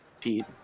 Pete